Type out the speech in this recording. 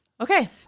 Okay